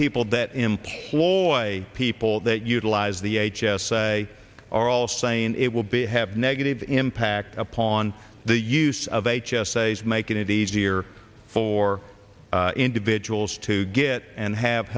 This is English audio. people that employ people that utilize the h s a are all saying it will be have negative impact upon the use of h s a as making it easier for individuals to get and have